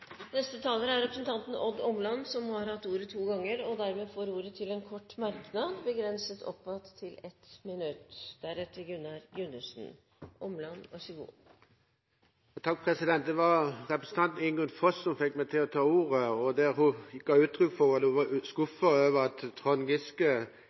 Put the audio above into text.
Representanten Odd Omland har hatt ordet to ganger tidligere og får ordet til en kort merknad, begrenset til 1 minutt. Det var representanten Ingunn Foss som fikk meg til å ta ordet. Hun ga uttrykk for at hun var